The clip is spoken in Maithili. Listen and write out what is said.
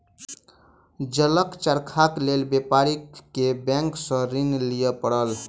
जलक चरखाक लेल व्यापारी के बैंक सॅ ऋण लिअ पड़ल